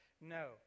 No